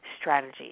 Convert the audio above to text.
strategy